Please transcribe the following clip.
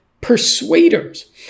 persuaders